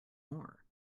more